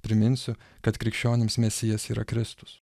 priminsiu kad krikščionims mesijas yra kristus